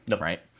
right